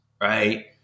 right